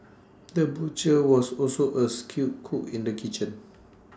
the butcher was also A skilled cook in the kitchen